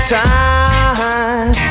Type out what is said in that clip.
time